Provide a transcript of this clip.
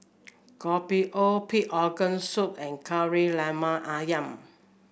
Kopi O Pig Organ Soup and Kari Lemak ayam